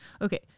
Okay